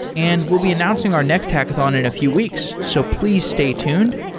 and we'll be announcing our next hackathon in a few weeks. so please stay tuned.